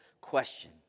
question